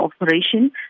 operation